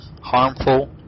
harmful